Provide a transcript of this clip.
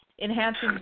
enhancing